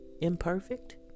imperfect